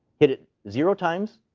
hit it zero times,